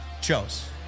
chose